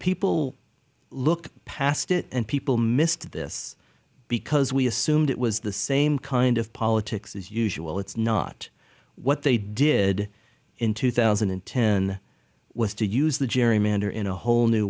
people look past it and people missed this because we assumed it was the same kind of politics as usual it's not what they did in two thousand and ten was to use the gerrymander in a whole new